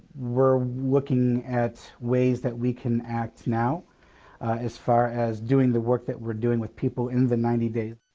we're we're looking at ways that we can act now as far as doing the work that we're doing with people in the ninety days